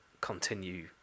continue